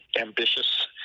ambitious